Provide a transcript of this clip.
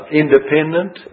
independent